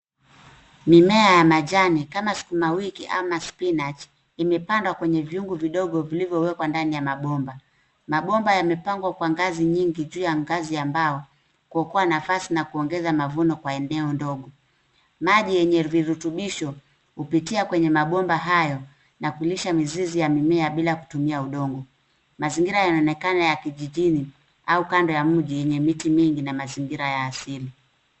Mimea ya majani kama sukuma wiki ama spinach imepandwa kwenye vyungu vidogo vilivyowekwa ndani ya mabomba ,mabomba yamepangwa kwa ngazi nyingi juu ya ngazi ya mbao kulikuwa na nafasi na kuongeza mavuno kwa eneo ndogo ,maji yenye virutubisho kupitia kwenye magomba hayo na kulisha mizizi ya mimea bila kutumia udongo, mazingira yanaonekana ya kijijini au kando ya mji yenye miti mingi na mazingira ya asili.